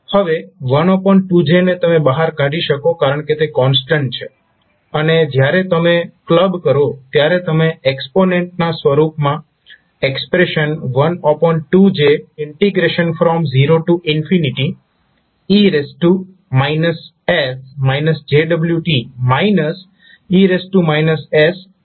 હવે 12 j ને તમે બહાર કાઢી શકો છો કારણ કે તે કોન્સ્ટન્ટ છે અને જ્યારે તમે ક્લબ કરો ત્યારે તમેં એક્સ્પોનેન્ટ ના સ્વરૂપમાં expression 12 j0e t e sjwt dt મેળવશો